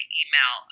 email